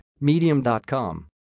Medium.com